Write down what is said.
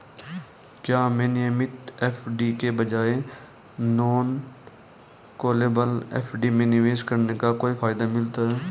क्या हमें नियमित एफ.डी के बजाय नॉन कॉलेबल एफ.डी में निवेश करने का कोई फायदा मिलता है?